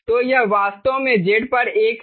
तो यह वास्तव में Z पर एक है